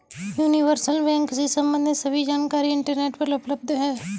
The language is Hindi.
यूनिवर्सल बैंक से सम्बंधित सभी जानकारी इंटरनेट पर उपलब्ध है